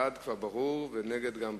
בעד ברור ונגד גם ברור.